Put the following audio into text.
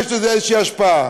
יש לזה איזושהי השפעה.